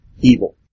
evil